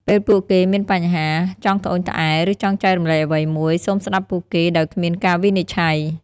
ពេលពួកគេមានបញ្ហា ចង់ត្អូញត្អែរ ឬចង់ចែករំលែកអ្វីមួយ សូមស្តាប់ពួកគេដោយគ្មានការវិនិច្ឆ័យ។